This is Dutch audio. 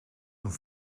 een